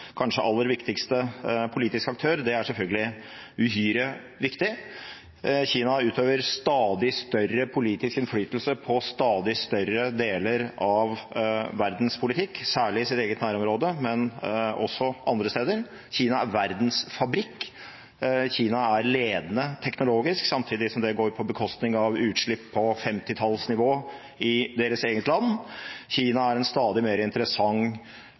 kanskje, aller viktigste politiske aktør er selvfølgelig uhyre viktig. Kina utøver stadig større politisk innflytelse på stadig større deler av verdens politikk, særlig i sitt eget nærområde, men også andre steder. Kina er verdens fabrikk. Kina er ledende teknologisk samtidig som det går på bekostning av utslipp på 1950-tallsnivå i deres eget land. Kina er en stadig mer interessant